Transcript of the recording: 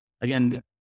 again